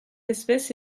espèce